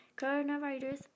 Coronavirus